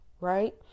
right